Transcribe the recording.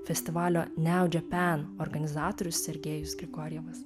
festivalio neudže pen organizatorius sergejus grigorjevas